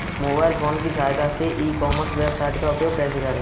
Mobile phone की सहायता से ई कॉमर्स वेबसाइट का उपयोग कैसे करें?